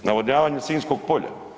Navodnjavanje Sinjskog polja.